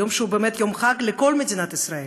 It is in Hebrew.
ביום שהוא באמת יום חג לכל מדינת ישראל.